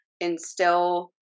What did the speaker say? instill